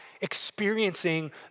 experiencing